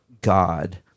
God